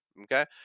Okay